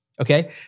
Okay